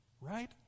Right